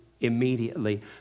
immediately